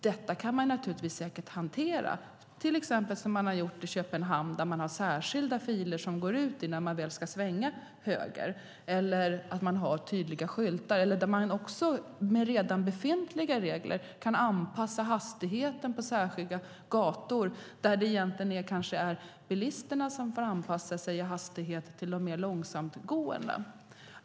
Detta kan man säkert hantera, till exempel som man har gjort i Köpenhamn där man har särskilda filer för dem som ska svänga till höger. Man kan också ha tydliga skyltar. Och med redan befintliga regler kan man anpassa hastigheter på vissa gator där det kanske är bilisterna som får anpassa sin hastighet till de mer långsamma trafikanterna.